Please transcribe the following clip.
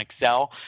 Excel